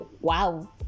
wow